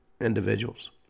individuals